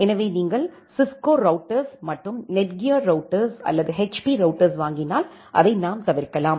எனவே நீங்கள் Cisco routers மற்றும் நெட்கியர் ரௌட்டர்ஸ் அல்லது ஹச்பி ரௌட்டர்ஸ் வாங்கினால் அதை நாம் தவிர்க்கலாம்